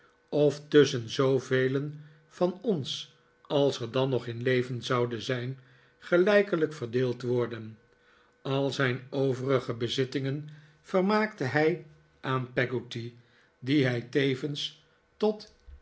of tusschen zoovelen van ons als er dan nog in leven zouden zijn gelijkelijk verdeeld worden al zijn overige bezittingen vermaakte hij aan peggotty die hij tevens tot